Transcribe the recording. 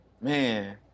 Man